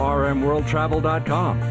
rmworldtravel.com